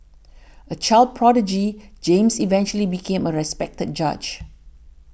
a child prodigy James eventually became a respected judge